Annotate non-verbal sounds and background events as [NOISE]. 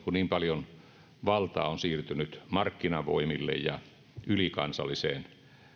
[UNINTELLIGIBLE] kun niin paljon valtaa on siirtynyt markkinavoimille ja ylikansalliseen